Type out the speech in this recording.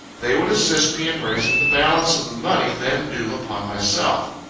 they would assist me in raising the balance of the money then due upon myself.